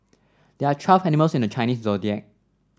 there are twelve animals in the Chinese Zodiac